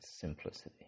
simplicity